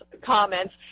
comments